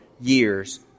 years